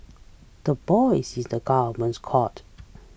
the ball is in the government's court